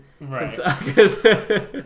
right